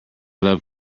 love